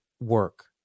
work